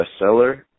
bestseller